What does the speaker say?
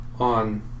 On